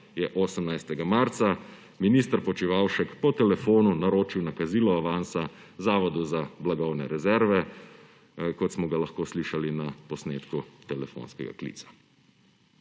je 18. marca minister Počivalšek po telefonu naročil nakazilo avansa Zavodu za blagovne rezerve, kot smo ga lahko slišali na posnetku telefonskega klica.